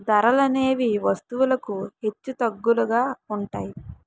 ధరలనేవి వస్తువులకు హెచ్చుతగ్గులుగా ఉంటాయి